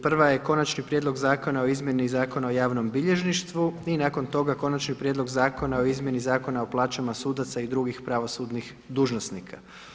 Prva je, Konačni prijedlog zakona o izmjeni Zakona o javnom bilježništvu i nakon toga, Konačni prijedlog zakona o izmjeni Zakona o plaćama sudaca i drugih pravosudnih dužnosnika.